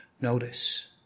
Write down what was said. notice